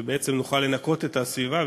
כשאני מדבר על מכל האמוניה,